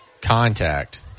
contact